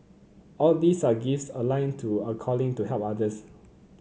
all these are gifts aligned to a calling to help others